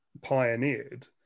pioneered